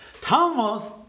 Thomas